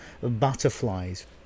butterflies